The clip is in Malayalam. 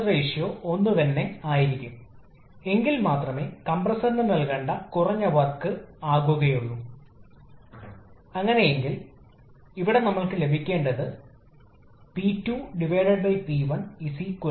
ഓട്ടോ സൈക്കിളിന്റെ കാര്യത്തിൽ താപ സങ്കലനം സ്ഥിരമായ അളവിൽ ഉള്ളതുപോലെ സ്ഥിരമായ സമ്മർദ്ദത്തിലാണ് ഡീസൽ സൈക്കിളിന്റെയും ബ്രൈറ്റൺ സൈക്കിളിന്റെയും